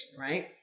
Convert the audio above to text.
right